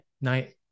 night